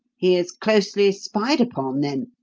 he is closely spied upon, then?